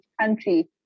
country